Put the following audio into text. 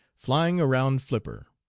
flying around flipper.